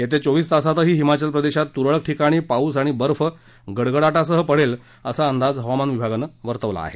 येत्या चोवीस तासातही हिमाचल प्रदेशात तुरळक ठिकाणी पाऊस बर्फ गडगडाटासह पडेल असा अंदाज हवामान विभागानं वर्तवला आहे